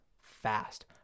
fast